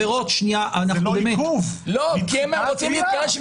מה התגובה שלך?